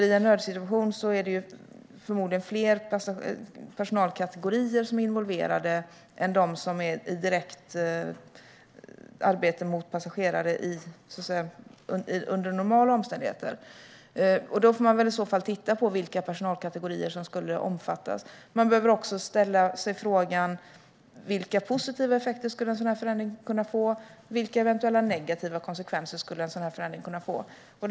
I en nödsituation är det nämligen förmodligen fler personalkategorier som är involverade än de som arbetar direkt med passagerare under normala omständigheter. Då får man väl i så fall titta på vilka personalkategorier som skulle omfattas. Man behöver också ställa sig frågan vilka positiva effekter och vilka eventuella negativa konsekvenser en sådan här förändring skulle kunna få.